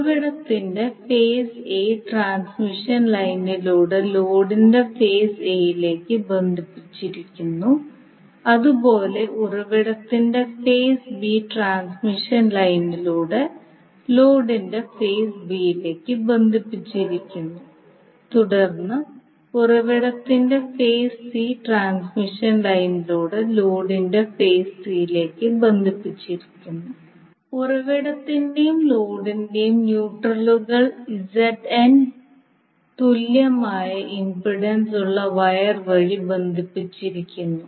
ഉറവിടത്തിന്റെ phase A transmission ലൈനിലൂടെ ലോഡിന്റെ ഫേസ് A യിലേക്ക് ബന്ധിപ്പിച്ചിരിക്കുന്നു അതുപോലെ ഉറവിടത്തിന്റെ ഫേസ് B ട്രാൻസ്മിഷൻ ലൈനിലൂടെ ലോഡിന്റെ ഫേസ് B യിലേക്ക് ബന്ധിപ്പിച്ചിരിക്കുന്നു തുടർന്ന് ഉറവിടത്തിന്റെ ഫേസ് C ട്രാൻസ്മിഷൻ ലൈനിലൂടെ ലോഡിന്റെ ഫേസ് C യിലേക്ക് ബന്ധിപ്പിച്ചിരിക്കുന്നു ഉറവിടത്തിന്റെയും ലോഡിന്റെയും ന്യൂട്രലുകൾ Zn തുല്യമായ ഇംപെഡൻസ് ഉള്ള വയർ വഴി ബന്ധിപ്പിച്ചിരിക്കുന്നു